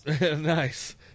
Nice